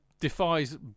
defies